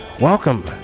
Welcome